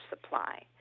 supply